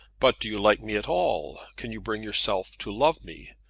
but do you like me at all? can you bring yourself to love me?